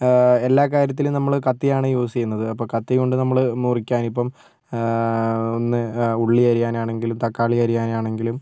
എല്ലാ കാര്യത്തിലും നമ്മള് കത്തിയാണ് യൂസ് ചെയ്യുന്നത് അപ്പോൾ കത്തി കൊണ്ട് നമ്മള് മുറിക്കാൻ ഇപ്പം ഒന്ന് ഉള്ളി അരിയാനാണെങ്കിലും തക്കാളി അരിയാനാണെങ്കിലും